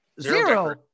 Zero